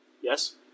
Yes